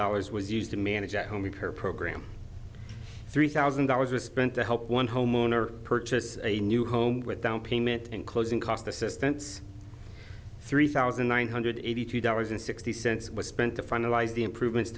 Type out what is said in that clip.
dollars was used to manage at home with her program three thousand dollars is spent to help one homeowner purchase a new home with down payment and closing cost assistance three thousand nine hundred eighty two dollars and sixty cents was spent to finalize the improvements